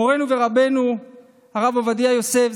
מורנו ורבנו הרב עובדיה יוסף,